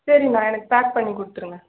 சரிண்ணா எனக்கு பேக் பண்ணிக் கொடுத்துருங்க